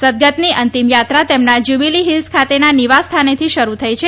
સદગતની અંતિમ યાત્રા તેમના જ્યુબિલીહિલ્સ ખાતેના નિવાસ સ્થાનેથી શરૂ થઈ છે